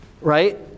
right